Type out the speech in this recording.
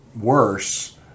worse